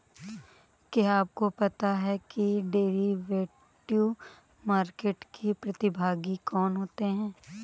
क्या आपको पता है कि डेरिवेटिव मार्केट के प्रतिभागी कौन होते हैं?